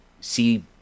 see